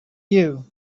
you